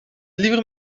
liever